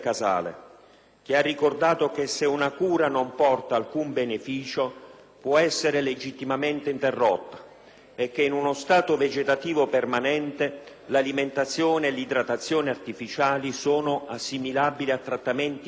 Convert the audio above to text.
quale ha ricordato che, se una cura non porta alcun beneficio, può essere legittimamente interrotta; che in uno stato vegetativo permanente l'alimentazione e l'idratazione artificiali sono assimilabili a trattamenti medici;